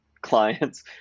clients